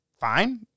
fine